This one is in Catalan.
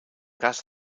cas